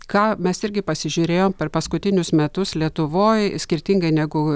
ką mes irgi pasižiūrėjom per paskutinius metus lietuvoj skirtingai negu